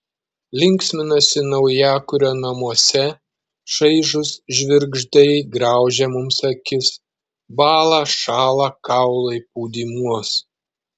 linksminasi naujakurio namuose šaižūs žvirgždai graužia mums akis bąla šąla kaulai pūdymuos